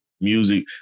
music